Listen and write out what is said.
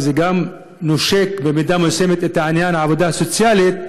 וזה גם נושק במידה מסוימת לעניין העבודה הסוציאלית: